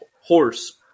horse